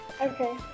Okay